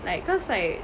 like cause like